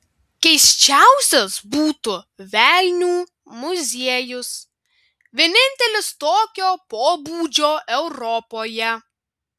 keisčiausias būtų velnių muziejus vienintelis tokio pobūdžio europoje